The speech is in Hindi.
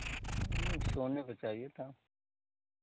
सोने पर चाहिए था